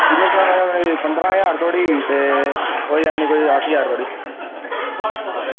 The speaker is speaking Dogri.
बिज़नेस क्लॉस पंद्रहां ज्हार धोड़ी ते ओह्की कोई अट्ठ ज्हार तोड़ी